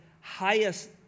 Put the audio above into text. highest